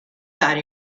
thought